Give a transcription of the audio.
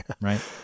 Right